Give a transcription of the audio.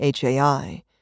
HAI